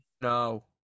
No